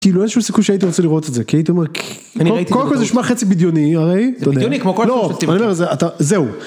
כאילו אין שום סיכוי שהייתי רוצה לראות את זה. כי הייתי אומר... אני ראיתי את זה... קודם כל זה נשמע חצי בדיוני הרי. זה בדיוני כמו כל... לא, זהו.